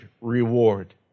reward